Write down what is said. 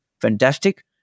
fantastic